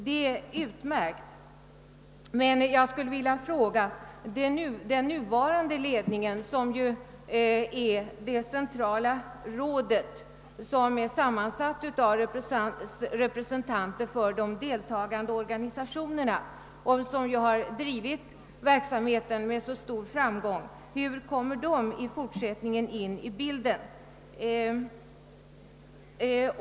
Det är utmärkt, men jag vill fråga hur den nuvarande ledningen, d.v.s. det centrala rådet som är sammansatt av re sationerna och som drivit verksamheten med så stor framgång, i fortsättningen kommer in i bilden.